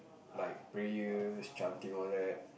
like prayers chanting all that